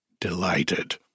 delighted